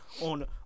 on